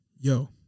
Yo